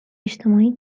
اجتماعی